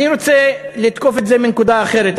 אני רוצה לתקוף את זה מנקודה אחרת,